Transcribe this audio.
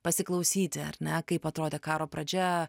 pasiklausyti ar ne kaip atrodė karo pradžia